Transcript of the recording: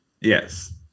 Yes